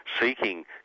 seeking